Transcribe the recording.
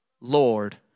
Lord